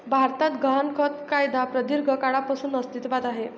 भारतात गहाणखत कायदा प्रदीर्घ काळापासून अस्तित्वात आहे